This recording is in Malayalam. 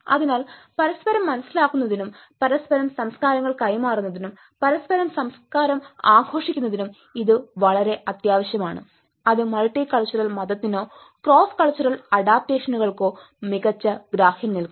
അതിനാൽ പരസ്പരം മനസിലാക്കുന്നതിനും പരസ്പരം സംസ്കാരങ്ങൾ കൈമാറുന്നതിനും പരസ്പരം സംസ്കാരം ആഘോഷിക്കുന്നതിനും ഇത് വളരെ അത്യാവശ്യമാണ് അത് മൾട്ടി കൾച്ചറൽ മതത്തിനോ ക്രോസ് കൾച്ചർ അഡാപ്റ്റേഷനുകൾക്കോ മികച്ച ഗ്രാഹ്യം നൽകും